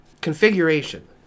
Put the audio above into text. configuration